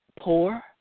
poor